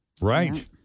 Right